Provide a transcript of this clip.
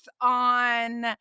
on